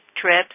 trips